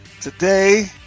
today